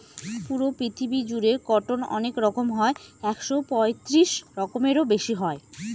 পুরো পৃথিবী জুড়ে কটন অনেক রকম হয় একশো পঁয়ত্রিশ রকমেরও বেশি হয়